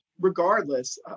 Regardless